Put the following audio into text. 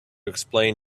explain